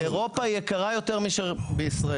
להתחשב במקומות בהם יש עלויות בנייה גבוהות יותר בגלל התנאים,